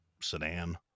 sedan